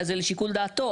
אז זה לשיקול דעתו,